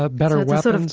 ah better weapons.